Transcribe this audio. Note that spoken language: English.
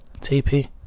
TP